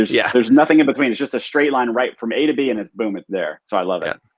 yeah there's nothing in between. it's just a straight line right from a to b and it's boom. it's there. so i love it.